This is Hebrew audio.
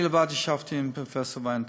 אני לבד ישבתי עם פרופסור ויינטראוב.